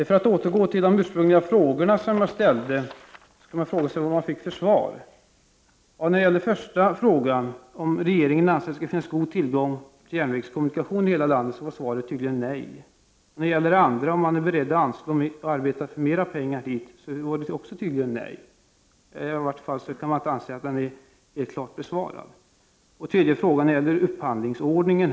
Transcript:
För att återgå till de frågor som jag ursprungligen ställde kan man fråga sig vad jag fick för svar. När det gäller den första frågan, om regeringen ansåg att det fanns god tillgång på järnvägskommunikation i hela landet, var svaret tydligen nej. När det gäller den andra frågan som jag ställde om regeringen är beredd att anslå mer pengar till järnvägen är tydligen svaret också nej. I vart fall kan man anse att frågan inte är klart besvarad. Min tredje fråga gällde upphandlingsordningen.